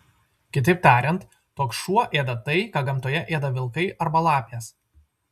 kitaip tariant toks šuo ėda tai ką gamtoje ėda vilkai arba lapės